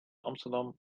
amsterdam